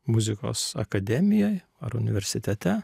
muzikos akademijoj ar universitete